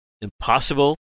impossible